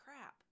crap